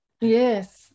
Yes